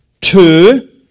Two